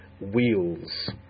wheels